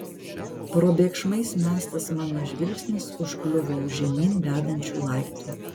probėgšmais mestas mano žvilgsnis užkliuvo už žemyn vedančių laiptų